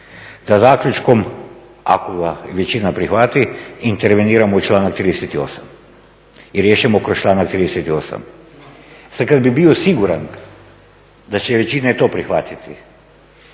da zaključkom, ako ga većina prihvati, interveniramo u članak 38. i riješimo kroz članak 38. Sad kad bih bio siguran da će većina i to prihvatiti